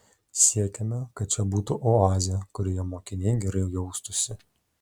siekiame kad čia būtų oazė kurioje mokiniai gerai jaustųsi